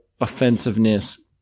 offensiveness